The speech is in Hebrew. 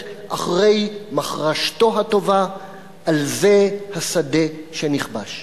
אחרי מחרשתו הטובה/ על זה השדה שנכבש".